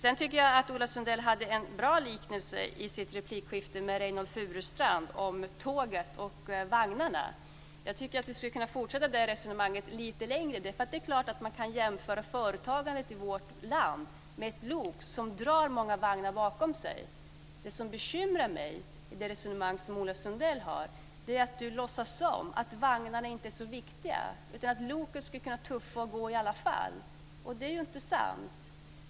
Jag tycker att Ola Sundell gjorde en bra liknelse i replikskiftet med Reynoldh Furustrand om tåget och vagnarna. Jag tycker att vi skulle kunna fortsätta det resonemanget lite längre. Det är klart att man kan jämföra företagandet i vårt land med ett lok som drar många vagnar bakom sig. Det som bekymrar mig i det resonemang som Ola Sundell för är att han låtsas om att vagnarna inte är så viktiga, att loket kan tuffa och fara i alla fall. Det är inte sant.